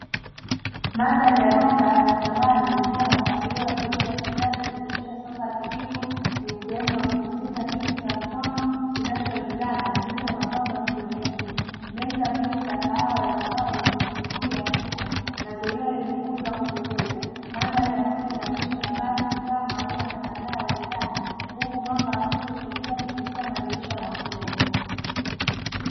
Madhari ya duka la samani likiwa na mpangilio wa sebule ya kisasa ikijumuisha na sofa la kijivu, lenya sehemu za kupumzika, kiti cha mkono, kinacholingana na mito ya mapambo ya kijeometri, meza mbili za kahawa za mbao zenye miguu ya chuma, na zulia lenye muundo wa kupendeza. Madhari ya nyuma inaonyesha kabati, taa, maua na sanaa ya ukutani, huku mwanga wa siri ukiiingia kupitia madirisha makubwa.